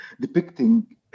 depicting